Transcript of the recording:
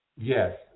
yes